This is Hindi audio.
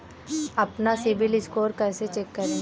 अपना सिबिल स्कोर कैसे चेक करें?